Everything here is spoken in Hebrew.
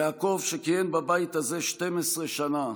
יעקב, שכיהן בבית הזה 12 שנה,